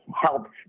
helps